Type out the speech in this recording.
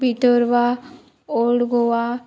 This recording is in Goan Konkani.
पिटोरवा ओल्ड गोवा